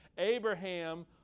Abraham